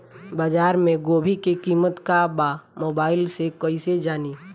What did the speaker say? बाजार में गोभी के कीमत का बा मोबाइल से कइसे जानी?